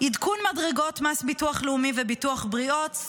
עדכון מדרגות מס ביטוח לאומי וביטוח בריאות,